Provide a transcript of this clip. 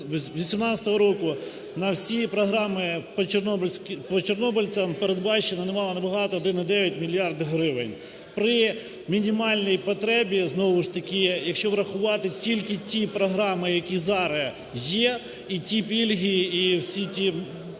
2018 року на всі програми по чорнобильцям передбачено ні мало, ні багато – 1,9 мільярди гривень. При мінімальній потребі, знову ж таки, якщо врахувати тільки ті програми, які зараз є, і ті пільги, і всі ті,